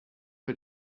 für